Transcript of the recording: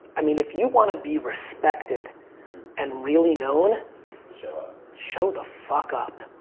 i mean if you want to be respected and really known show up. show the fuck up.